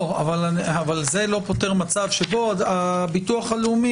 אבל זה לא פותר מצב שבו הביטוח הלאומי